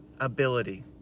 ability